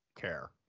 care